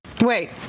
Wait